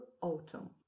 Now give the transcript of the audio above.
autumn